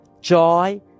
joy